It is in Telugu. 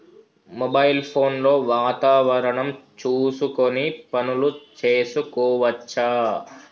మొబైల్ ఫోన్ లో వాతావరణం చూసుకొని పనులు చేసుకోవచ్చా?